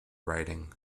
writing